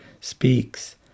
speaks